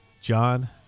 John